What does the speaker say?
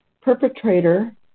perpetrator